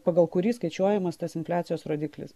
pagal kurį skaičiuojamas tas infliacijos rodiklis